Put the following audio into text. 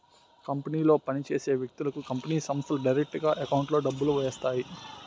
కంపెనీలో పని చేసే వ్యక్తులకు కంపెనీ సంస్థలు డైరెక్టుగా ఎకౌంట్లో డబ్బులు వేస్తాయి